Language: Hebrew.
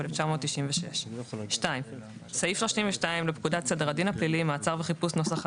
התשנ"ו-1996 ; (2)סעיף 32 לפקודת סדר הדין הפלילי (מעצר וחיפוש) ,